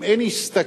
אם אין השתכרות,